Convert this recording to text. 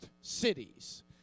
cities